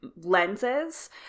lenses